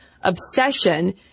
obsession